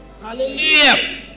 hallelujah